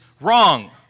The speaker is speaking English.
wrong